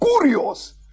curious